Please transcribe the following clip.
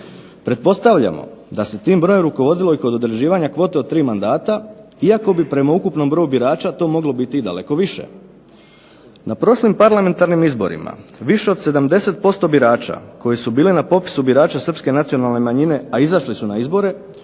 Pretpostavljamo da se tim brojem rukovodilo i kod određivanja kvote od 3 mandata, iako bi prema ukupnom broju birača to moglo biti i daleko više. Na prošlim parlamentarnim izborima više od 70% birača koji su bili na popisu birača Srpske nacionalne manjine, a izašli su na izbore,